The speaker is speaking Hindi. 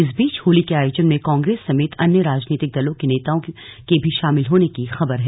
इस बीच होली के आयोजन में कांग्रेस समेत अन्य राजनीतिक दलों के नेताओं के भी शामिल होने की खबर है